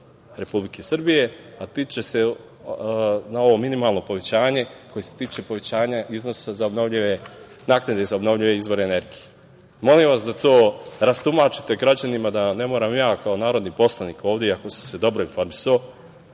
Republike Srbije, a tiče se na ovo minimalno povećanje, koje se tiče povećanja iznosa naknade za obnovljive izvore energije. Molim vas da to rastumačite građanima, da ne moram ja kao narodni poslanik ovde, iako sam se dobro informisao,